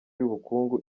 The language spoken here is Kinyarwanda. y’ubukungu